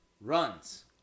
runs